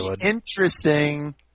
interesting